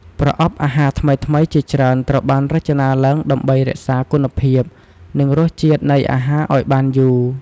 ប្រអប់អាហារថ្មីៗជាច្រើនត្រូវបានរចនាឡើងដើម្បីរក្សាគុណភាព និងរសជាតិនៃអាហារឲ្យបានយូរ។